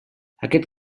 aquest